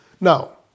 Now